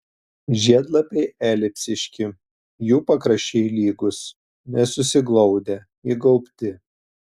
žiedlapiai elipsiški jų pakraščiai lygūs nesusiglaudę įgaubti